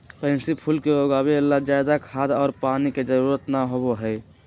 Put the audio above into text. pansy फूल के उगावे ला ज्यादा खाद और पानी के जरूरत ना होबा हई